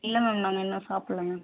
இல்லை மேம் நாங்கள் இன்னும் சாப்பிட்ல மேம்